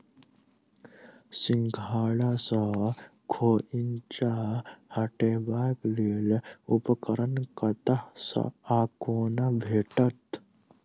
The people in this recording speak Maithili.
सिंघाड़ा सऽ खोइंचा हटेबाक लेल उपकरण कतह सऽ आ कोना भेटत?